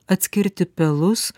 atskirti pelus